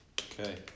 Okay